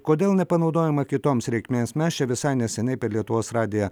kodėl nepanaudojama kitoms reikmėms mes čia visai neseniai per lietuvos radiją